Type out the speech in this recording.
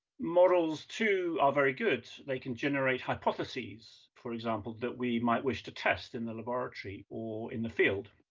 models too are very good. they can generate hypotheses, for example, that we might wish to test in the laboratory or in the field.